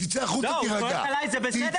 הוא צועק עלי זה בסדר?